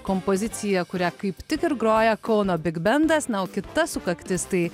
kompoziciją kurią kaip tik ir groja kauno bigbendas na o kita sukaktis tai